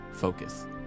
focus